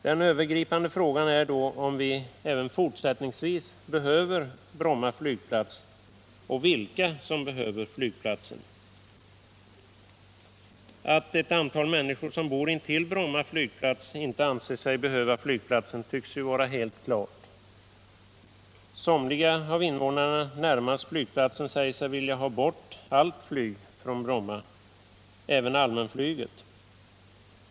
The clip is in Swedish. De övergripande frågorna är då om vi även fortsättningsvis behöver Bromma flygplats och vilka som behöver flygplatsen. Nr 53 Att ett antal människor som bor intill Bromma flygplats inte anser Torsdagen den sig behöva flygplatsen tycks vara helt klart. Somliga av invånarna närmast 15 december 1977 flygplatsen säger sig vilja ha bort allt flyg från Bromma — även allmän-= = flyget.